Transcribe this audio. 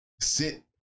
sit